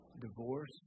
Divorce